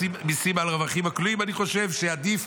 יושב-ראש ועדת הכספים